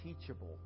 teachable